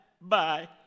Bye